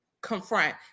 confront